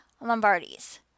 lombardies